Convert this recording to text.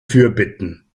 fürbitten